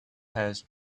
has